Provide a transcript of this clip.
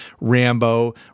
Rambo